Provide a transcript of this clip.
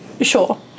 Sure